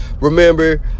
Remember